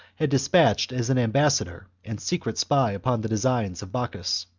had despatched as an ambassador and secret spy upon the designs of bocchus.